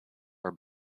are